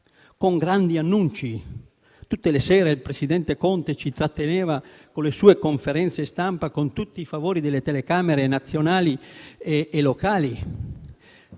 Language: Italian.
con grandi annunci; tutte le sere il presidente Conte ci intratteneva con le sue conferenze stampa, con tutti i favori delle telecamere nazionali e locali.